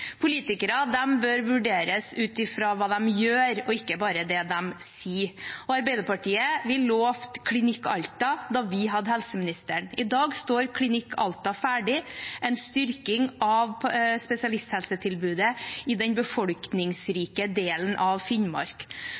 Politikere bør vurderes ut fra hva de gjør, ikke bare hva de sier. Arbeiderpartiet lovet Klinikk Alta da vi hadde helseministeren. I dag står Klinikk Alta ferdig – en styrking av spesialisthelsetilbudet i den befolkningsrike delen av Finnmark.